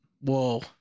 Whoa